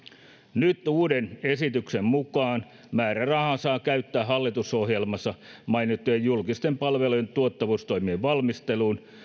nyt uuden esityksen mukaan määrärahaa saa käyttää hallitusohjelmassa mainittujen julkisten palvelujen tuottavuustoimien valmisteluun